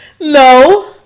No